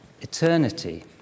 eternity